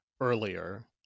earlier